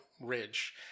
Ridge